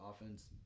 offense